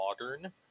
modern